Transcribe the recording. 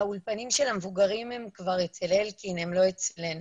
האולפנים של המבוגרים הם אצל אלקין, הם לא אצלנו.